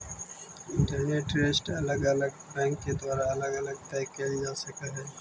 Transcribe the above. interest rate अलग अलग bank के द्वारा अलग अलग तय कईल जा सकऽ हई